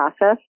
process